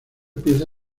pieza